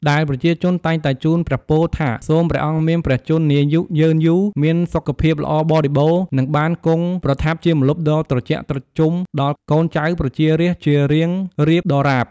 ដែលប្រជាជនតែងតែ ជូនព្រះពរ ថា សូមព្រះអង្គមានព្រះជន្មាយុយឺនយូរ មានព្រះសុខភាពល្អបរិបូរណ៍ និងបាន គង់ប្រថាប់ជាម្លប់ដ៏ត្រជាក់ត្រជុំ ដល់ កូនចៅប្រជារាស្ត្រជារៀងរាបដរាប។